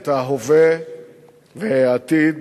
את ההווה והעתיד